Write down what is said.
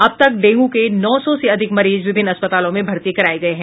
अब तक डेंगू के नौ सौ से अधिक मरीज विभिन्न अस्पतालों में भर्ती कराये गये हैं